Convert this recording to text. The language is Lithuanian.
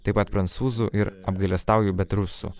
taip pat prancūzų ir apgailestauju bet rusų